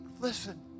listen